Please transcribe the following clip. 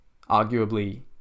arguably